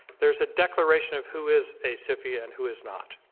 there's a declaration of who is a sifi and who is not.